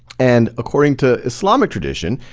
and according to islamic tradition,